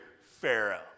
Pharaoh